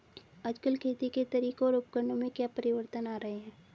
आजकल खेती के तरीकों और उपकरणों में क्या परिवर्तन आ रहें हैं?